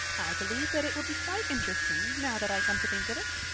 i believe that it will be quite interesting, now that i come to think of it.